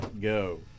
go